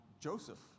Joseph